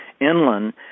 inland